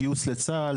גיוס לצה"ל,